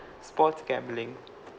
sports gambling